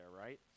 right